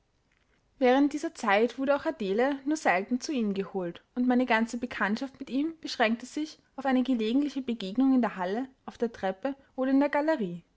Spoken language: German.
während dieser zeit wurde auch adele nur selten zu ihm geholt und meine ganze bekanntschaft mit ihm beschränkte sich auf eine gelegentliche begegnung in der halle auf der treppe oder in der galerie